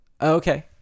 Okay